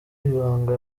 ibanga